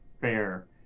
fair